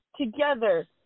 together